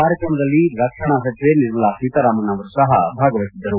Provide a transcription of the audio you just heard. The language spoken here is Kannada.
ಕಾರ್ಯಕ್ರಮದಲ್ಲಿ ರಕ್ಷಣಾ ಸಚಿವೆ ನಿರ್ಮಲಾ ಸೀತಾರಾಮನ್ ಅವರು ಸಹ ಭಾಗವಹಸಿದ್ದರು